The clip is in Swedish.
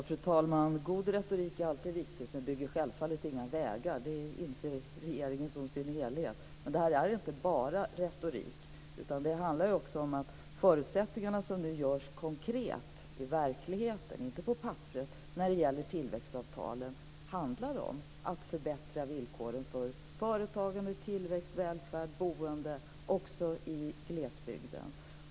Fru talman! Det är alltid viktigt med god retorik, men det bygger självfallet inga vägar. Det inser hela regeringen. Men detta är inte bara retorik. De åtgärder som nu vidtas konkret i verkligheten, inte på papperet, genom tillväxtavtalen handlar om att förbättra villkoren för företagande, tillväxt, välfärd och boende också i glesbygden.